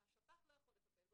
השפ"ח לא יכול לטפל בו.